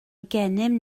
gennym